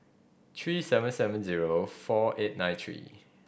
three seven seven zero four eight nine three